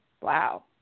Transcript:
Wow